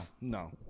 no